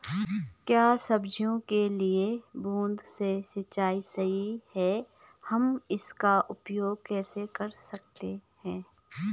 क्या सब्जियों के लिए बूँद से सिंचाई सही है हम इसका उपयोग कैसे कर सकते हैं?